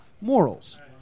morals